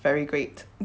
very great